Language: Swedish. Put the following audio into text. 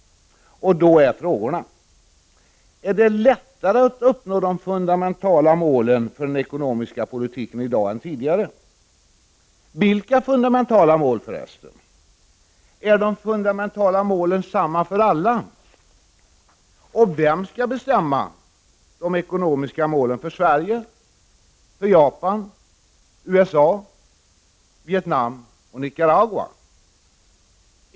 Frågorna är då: Är det lättare att uppnå de fundamentala målen för den ekonomiska politiken i dag än tidigare? Vilka fundamentala mål handlar det om, förresten? Är de fundamentala målen samma för alla? Och vem skall bestämma de ekonomiska målen för Sverige, Japan, USA, Vietnam och Nicaragua?